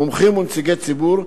מומחים ונציגי ציבור,